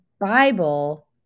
bible